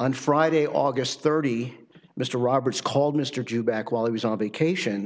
and friday august thirty mr roberts called mr jew back while he was on vacation